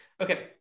Okay